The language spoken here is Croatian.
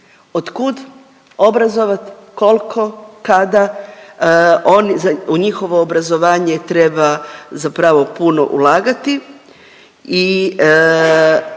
Od kud obrazovat, koliko, kada. U njihovo obrazovanje treba zapravo puno ulagati i